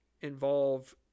involve